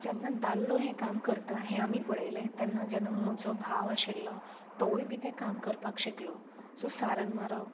जेन्ना दादलो हें काम करता हें आमी पळयलें तेन्ना जेन्ना म्हजो भाव आशिल्लो तोवूय बी तें काम करपाक शिकलो सो सारण मारप